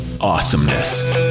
awesomeness